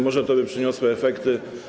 Może to by przyniosło efekty.